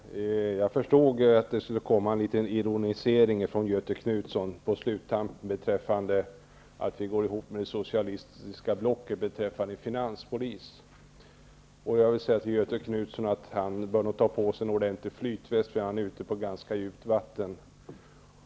Fru talman! Jag förstod att det skulle komma en liten ironisering från Göthe Knutson på sluttampen om att vi går ihop med det socialistiska blocket beträffande en finanspolis. Jag vill säga till Göthe Knutson att han bör ta på sig en ordentlig flytväst, för han är ute på ganska djupt vatten.